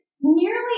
nearly